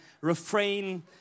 refrain